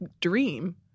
dream